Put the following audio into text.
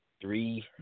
three